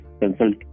consult